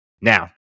Now